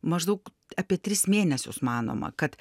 maždaug apie tris mėnesius manoma kad